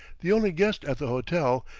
the only guest at the hotel,